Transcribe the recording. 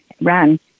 run